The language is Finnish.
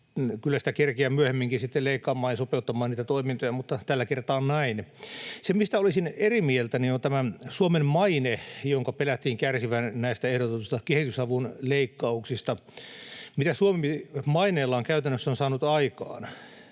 kyllä sitä kerkeää myöhemminkin sitten leikkaamaan ja sopeuttamaan niitä toimintoja, mutta tällä kertaa on näin. Se, mistä olisin eri mieltä, on tämä Suomen maine, jonka pelättiin kärsivän näistä ehdotetuista kehitysavun leikkauksista. Mitä Suomi maineellaan käytännössä on saanut aikaan?